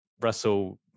Russell